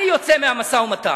אני יוצא מהמשא-ומתן,